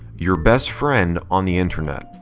your best friend on the internet!